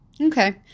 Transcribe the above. Okay